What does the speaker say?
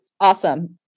Awesome